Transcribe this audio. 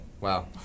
wow